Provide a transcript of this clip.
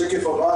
השקף הבא,